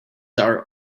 our